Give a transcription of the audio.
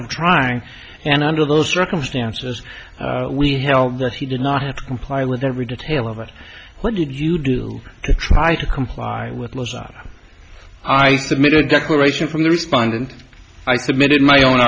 of trying and under those circumstances we held that he did not have to comply with every detail of it what did you do to try to comply with laws are i submitted a declaration from the respondent i submitted my own